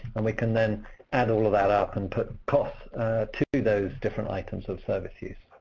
and we can then add all of that up and put costs to those different items of service use.